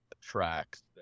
tracks